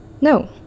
No